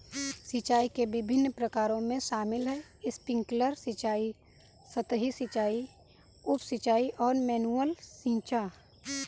सिंचाई के विभिन्न प्रकारों में शामिल है स्प्रिंकलर सिंचाई, सतही सिंचाई, उप सिंचाई और मैनुअल सिंचाई